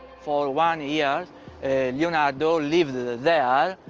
for one year and leonardo lived there,